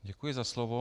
Děkuji za slovo.